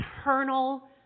eternal